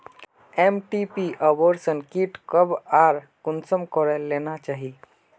MTP abortion kit कब आर कुंसम करे लेना चही?